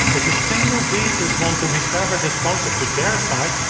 if the single beaters want to recover this concert to their side,